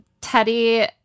Teddy